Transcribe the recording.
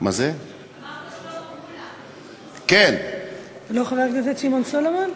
שמעון סולומון, חבר הכנסת שמעון סולומון.